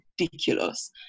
ridiculous